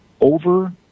over